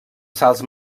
salts